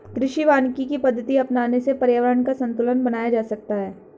कृषि वानिकी की पद्धति अपनाने से पर्यावरण का संतूलन बनाया जा सकता है